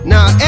Now